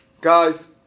guys